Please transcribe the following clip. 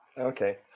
Okay